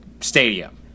stadium